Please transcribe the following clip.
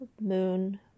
Moon